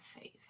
faith